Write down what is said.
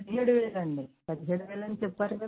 పదిహేడు వేలు అండి పదిహేడు వేలు అని చెప్పారు కదా